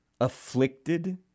afflicted